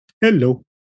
hello